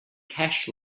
cash